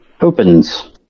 opens